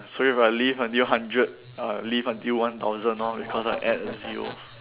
so if I live until hundred I live until one thousand lor because I add a zero